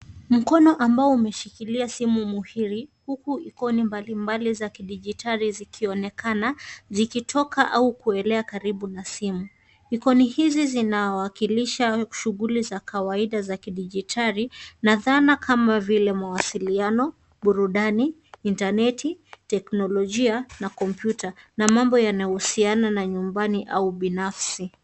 Mkono ambao umeshikilia simu muhiri huku ikoni za kidigitali zikionekana, zikitoka au kuelea karibu na simu. Ikoni hizi zinawakilisha shughuli za kawaida za kidigitali na dhana kama vile, mawasiliano, burudani, intaneti , teknologia, na kompyuta, na mambo yanayohusiana na nyumbani au ubinafsi.